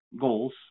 goals